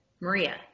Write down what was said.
Maria